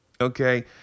Okay